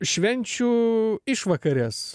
švenčių išvakarės